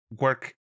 work